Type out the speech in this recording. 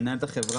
מנהל את החברה.